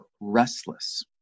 restless